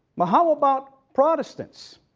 but how about protestants?